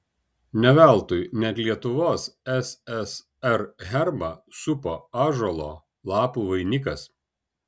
ne veltui net lietuvos ssr herbą supo ąžuolo lapų vainikas